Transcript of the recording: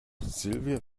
silvia